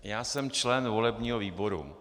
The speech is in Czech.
Já jsem členem volebního výboru.